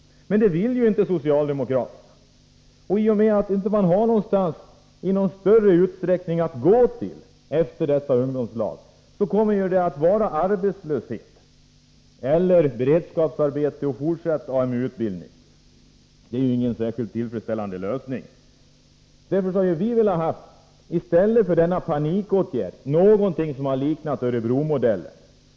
Men det vill inte socialdemokraterna. I och med att det inte i någon större utsträckning finns fasta jobb att gå till efter ungdomslaget betyder det arbetslöshet, beredskapsarbete eller fortsatt utbildning. Det är ingen särskilt tillfredsställande lösning. Därför hade vi, i stället för denna panikåtgärd, velat ha en lösning liknande Örebromodellen.